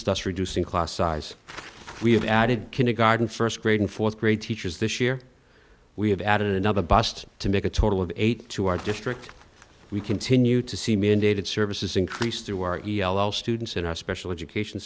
thus reducing class size we have added kindergarten first grade and fourth grade teachers this year we have added another bust to make a total of eight to our district we continue to seem indicated services increase through our each students in our special education